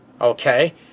okay